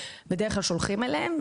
בדרך כלל שולחים אליהם,